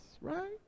right